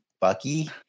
Bucky